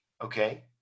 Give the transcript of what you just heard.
okay